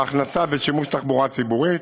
בהכנסה ושימוש בתחבורה ציבורית,